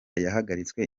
yahagaritswe